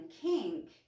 kink